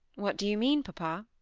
what do you mean, papa?